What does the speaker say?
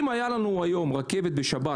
אם הייתה לנו היום רכבת בשבת,